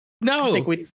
No